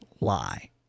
lie